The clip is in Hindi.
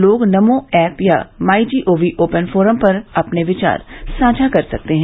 लोग नमो ऐप या माईजीओवी ओपन फोरम पर अपने विचार साझा कर सकते हैं